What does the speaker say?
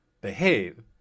behave